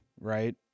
right